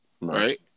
right